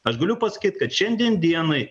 aš galiu pasakyt kad šiandien dienai